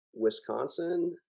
wisconsin